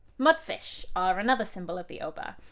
mudfish are another symbol of the oba.